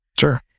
Sure